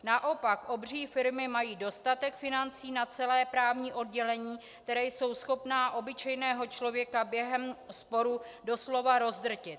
Naopak obří firmy mají dostatek financí na celá právní oddělení, která jsou schopna obyčejného člověka během sporu doslova rozdrtit.